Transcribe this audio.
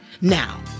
Now